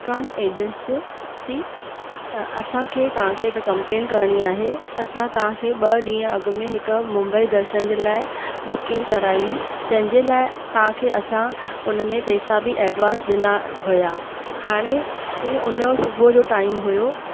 कान एजेंस जी असांखे तव्हांखे हिकु कंप्लेन करिणी आहे असां तव्हांखे ॿ ॾींहुं अॻु में हिकु मुंबई दर्शन जे लाइ बुकिंग कराई तंहिंजे लाइ तव्हांखे असां हुन में पैसा बि एडवांस ॾिना हुआ हाणे ऐं हुनजो सुबुहु जो टाइम हुओ